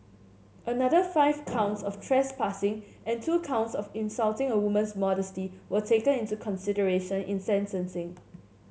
another five counts of trespassing and two counts of insulting a woman's modesty were taken into consideration in sentencing